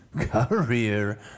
career